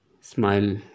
smile